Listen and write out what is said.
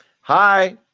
Hi